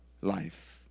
life